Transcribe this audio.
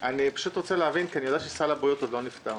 להבין כי אני יודע שסל הבריאות עוד לא נפתר.